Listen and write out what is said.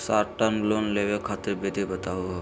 Short term loan लेवे खातीर विधि बताहु हो?